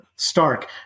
Stark